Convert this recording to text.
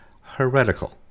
heretical